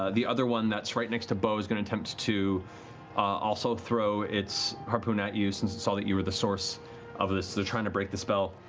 ah the other one that's right next to beau is going to attempt to also throw its harpoon at you, since it saw that you were the source of this. they're trying to break the spell.